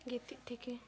ᱜᱤᱛᱤᱡ ᱛᱷᱮᱠᱮ